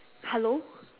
hello